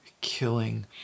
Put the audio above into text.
killing